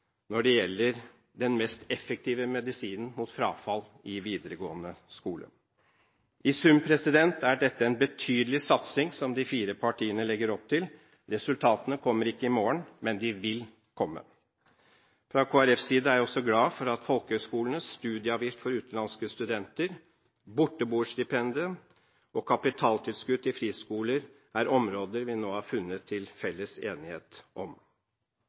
når det gjelder den mest effektive medisinen mot frafall i videregående skole. I sum er dette en betydelig satsing som de fire partiene legger opp til. Resultatene kommer ikke i morgen, men de vil komme. Fra Kristelig Folkepartis side er jeg også glad for at folkehøgskolene, studieavgift for utenlandske studenter, borteboerstipendet og kapitaltilskudd til friskoler er områder vi nå har funnet felles enighet om.